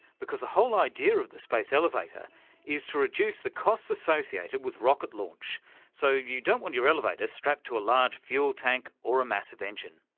because the whole idea of the space elevator is to reduce the costs associated with rocket launch, so you don't want your elevator strapped to a large fuel tank or a massive engine.